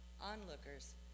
Onlookers